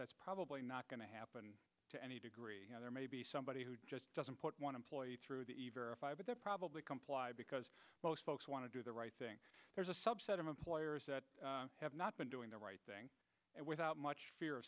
that's probably not going to happen to any degree there may be somebody who just doesn't put one employee through the fire but they're probably comply because most folks want to do the right thing there's a subset of employers have not been doing the right thing without much fear